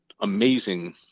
amazing